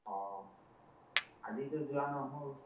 অঁ আজিটো যোৱা নহ'ল